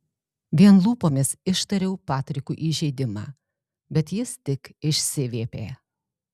vien lūpomis ištariau patrikui įžeidimą bet jis tik išsiviepė